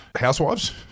Housewives